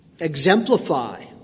exemplify